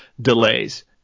delays